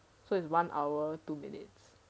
so it's one hour two minutes